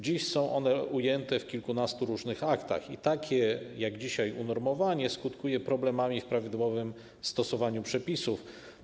Dziś są one ujęte w kilkunastu różnych aktach, a takie unormowanie skutkuje problemami w prawidłowym stosowaniu przepisów.